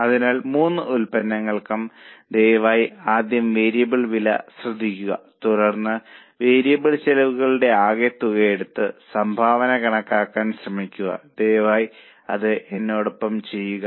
അതിനാൽ മൂന്ന് ഉൽപ്പന്നങ്ങൾക്കും ദയവായി ആദ്യം വേരിയബിൾ വില ശ്രദ്ധിക്കുക തുടർന്ന് വേരിയബിൾ ചെലവുകളുടെ ആകെ തുക എടുത്ത് സംഭാവന കണക്കാക്കാൻ ശ്രമിക്കുക ദയവായി അത് എന്നോടൊപ്പം ചെയ്യുക